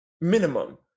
minimum